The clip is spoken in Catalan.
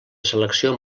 selecció